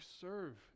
serve